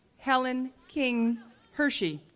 helen qing hershey,